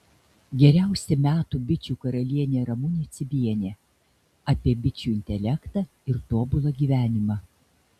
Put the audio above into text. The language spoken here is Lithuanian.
geriausia metų bičių karalienė ramunė cibienė apie bičių intelektą ir tobulą gyvenimą